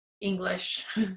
English